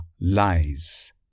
lies